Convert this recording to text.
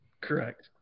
Correct